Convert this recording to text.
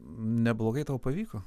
neblogai tau pavyko